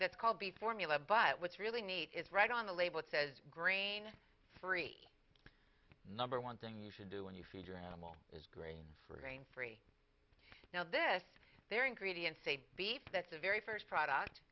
that's called the formula but what's really neat is right on the label it says grain free number one thing you should do when you feed your animal is for grain free now this is their ingredients a beef that's the very first product